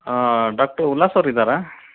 doctor Ullas ಅವ್ರಿದ್ದಾರಾ